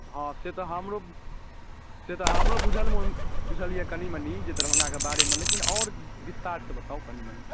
हँ से तऽ हमरो से तऽ हमरो बुझल तुझल अइ कनि मनि जे दरभङ्गाके बारेमे लेकिन आओर विस्तारसँ बताउ कनि मनि